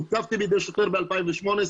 הותקפתי בידי שוטר ב-2018,